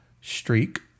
streak